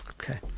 Okay